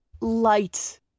light